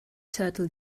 turtle